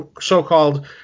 so-called